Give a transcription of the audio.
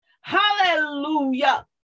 hallelujah